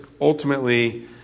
ultimately